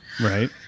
Right